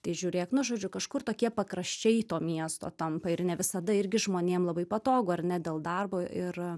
tai žiūrėk nu žodžiu kažkur tokie pakraščiai to miesto tampa ir ne visada irgi žmonėm labai patogu ar ne dėl darbo ir